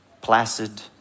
placid